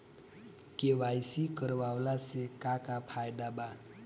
KYC करवला से का का फायदा बा?